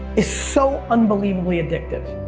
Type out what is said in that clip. is so unbelievably addictive.